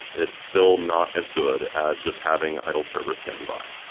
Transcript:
it's still not as good as just having idle servers standing by.